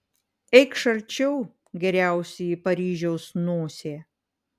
eikš arčiau geriausioji paryžiaus nosie